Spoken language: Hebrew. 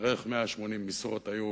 בערך 180 משרות היו